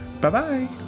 Bye-bye